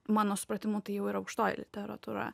mano supratimu tai jau yra aukštoji literatūra